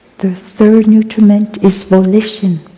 the third nutriment is volition.